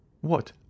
What